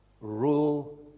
rule